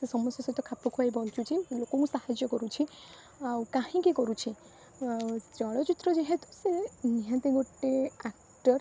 ସେ ସମସ୍ୟା ସହିତ ଖାପ ଖୁଆଇ ବଞ୍ଚୁଛି ଲୋକଙ୍କୁ ସାହାଯ୍ୟ କରୁଛି ଆଉ କାହିଁକି କରୁଛି ଚଳଚ୍ଚିତ୍ର ଯେହେତୁ ସେ ନିହାତି ଗୋଟେ ଆକ୍ଟର୍